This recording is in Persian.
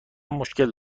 مشکل